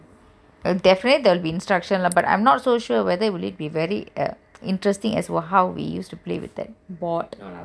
and definitely there will be instructions but I'm not so sure whether it will be very interesting as to how we play with the board